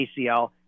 ACL